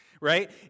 right